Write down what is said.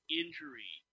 injury